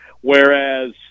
whereas